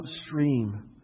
upstream